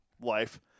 life